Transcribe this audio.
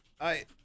I-